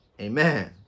amen